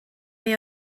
neu